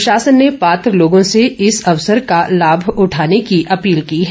प्रशासन ने पात्र लोगों से इस अवसर का लाभ उठाने की अपील की है